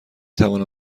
توانم